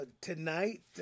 Tonight